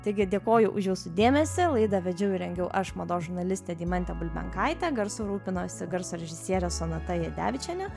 taigi dėkoju už jūsų dėmesį laidą vedžiau ir rengiau aš mados žurnalistė deimantė bulbenkaitė garsu rūpinosi garso režisierė sonata jadevičienė